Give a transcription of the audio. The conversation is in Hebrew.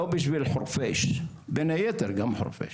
לא בשביל חורפיש, בין היתר גם חורפיש.